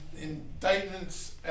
indictments